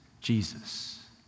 Jesus